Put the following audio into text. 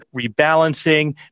rebalancing